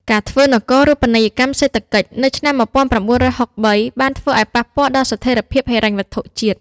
ការធ្វើនគររូបនីយកម្មសេដ្ឋកិច្ចនៅឆ្នាំ ១៩៦៣ បានធ្វើឱ្យប៉ះពាល់ដល់ស្ថិរភាពហិរញ្ញវត្ថុជាតិ។